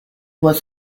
was